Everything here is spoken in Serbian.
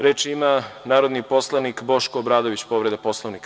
Reč ima narodni poslanik Boško Obradović, replika.